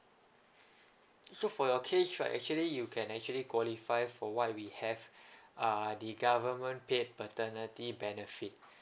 so for your case right actually you can actually qualify for what we have ah the government paid paternity benefit